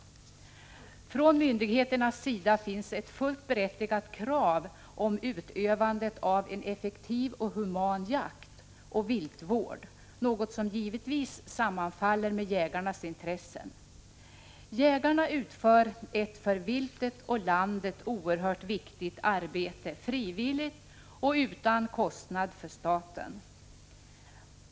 1985/86:37 Från myndigheternas sida finns ett fullt berättigat krav om utövandet av en 27 november 1985 effektiv och human jakt och viltvård, som givetvis sammanfaller med Em a sn se. JÄRATNAS itressel; Jägarna utför ett för viltet och landet oerhört viktigt arbete, frivilligt och utan kostnad för staten.